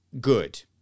good